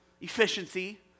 efficiency